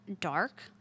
dark